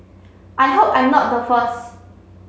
I hope I'm not the first